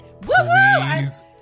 Please